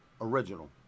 Original